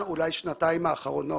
אולי בשנתיים האחרונות.